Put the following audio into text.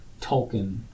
Tolkien